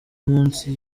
munsi